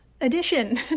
edition